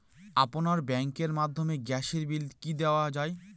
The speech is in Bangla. আপনার ব্যাংকের মাধ্যমে গ্যাসের বিল কি দেওয়া য়ায়?